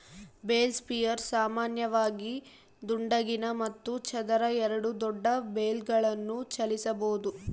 bale spears ಸಾಮಾನ್ಯವಾಗಿ ದುಂಡಗಿನ ಮತ್ತು ಚದರ ಎರಡೂ ದೊಡ್ಡ ಬೇಲ್ಗಳನ್ನು ಚಲಿಸಬೋದು